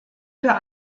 für